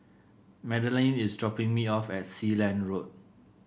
Madeleine is dropping me off at Sealand Road